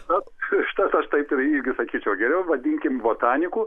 vat užtat aš taip ir irgi sakyčiau geriau vadinkim botaniku